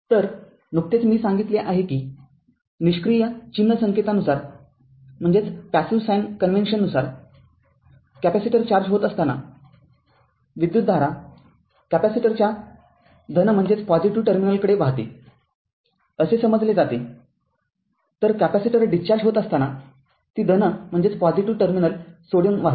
तर नुकतेच मी सांगितले आहे कि निष्क्रिय चिन्ह संकेतानुसार कॅपेसिटर चार्ज होत असताना विद्युतधारा कॅपेसिटरच्या धन टर्मिनलकडे वाहते असे समजले जाते तर कॅपेसिटर डिस्चार्ज होत असताना ती धन टर्मिनल सोडून वाहते